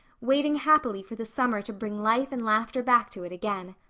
waiting happily for the summer to bring life and laughter back to it again.